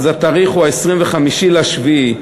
התאריך הוא 5 ביולי,